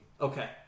Okay